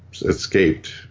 escaped